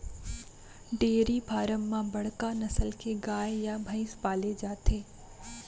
dairy farm म बड़का नसल के गाय या भईंस पाले जाथे